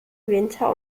winter